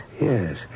Yes